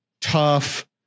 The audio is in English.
tough